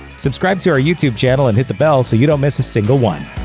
subscribe to our youtube channel and hit the bell so you don't miss a single one.